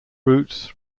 roots